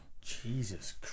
Jesus